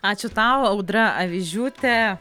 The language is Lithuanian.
ačiū tau audra avižiūtė